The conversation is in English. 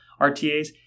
RTAs